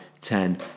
ten